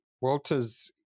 Walters